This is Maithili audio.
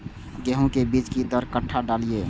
गेंहू के बीज कि दर कट्ठा डालिए?